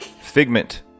Figment